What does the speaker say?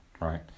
right